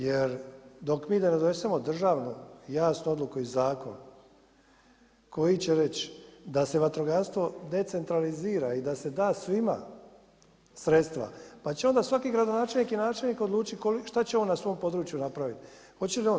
Jer dok mi ne donesemo državnu jasnu odluku i zakon koji će reći da se vatrogastvo decentralizira i da se da svima sredstva pa će onda svaki gradonačelnik i načelnik odlučiti šta će on na svom području napraviti, hoće li on.